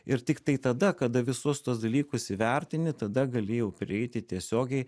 ir tiktai tada kada visus tuos dalykus įvertini tada gali jau prieiti tiesiogiai